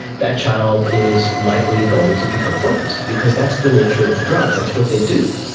that child is likely going to become focused, because that's the nature of the drugs, that's what they do.